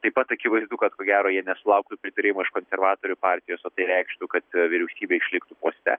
taip pat akivaizdu kad ko gero jie nesulauktų pritarimo iš konservatorių partijos o tai reikštų kad vyriausybė išliktų poste